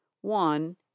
One